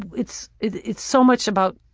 it's it's so much about.